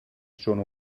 schon